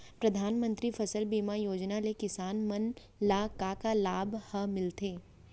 परधानमंतरी फसल बीमा योजना ले किसान मन ला का का लाभ ह मिलथे?